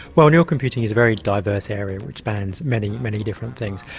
well neural computing is a very diverse area which spans many, many different things.